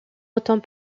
autant